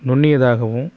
நுண்ணியதாகவும்